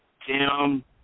Tim